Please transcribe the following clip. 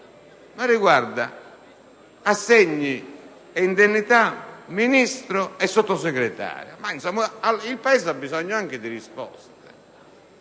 riguarda assegni e indennità di Ministro e Sottosegretari. Il Paese ha bisogno anche di risposte.